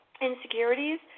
insecurities